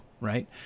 right